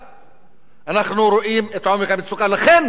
אנחנו רואים את עומק המצוקה.